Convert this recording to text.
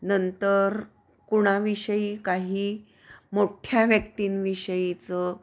नंतर कुणाविषयी काही मोठ्या व्यक्तींविषयीचं